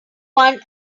one